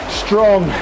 strong